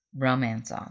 romance